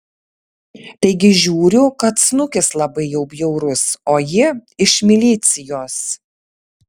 taigi žiūriu kad snukis labai jau bjaurus o ji iš milicijos